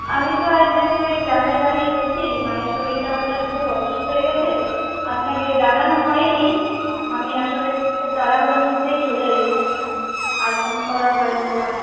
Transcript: আমি তো আজ একটু এই গ্রামের বাড়ি এসেছি মায়ের শরীরটা হঠাৎ খুব অসুস্থ হয়ে গিয়েছে আপনাকে জানানো হয়নি আমি আসলে খুব তাড়াহুড়োর মধ্যেই চলে এসেছি আর ফোন করাও হয়নি পরে